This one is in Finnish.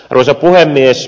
arvoisa puhemies